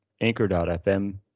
anchor.fm